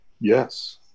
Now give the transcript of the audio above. Yes